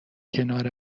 کنار